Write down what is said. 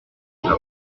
java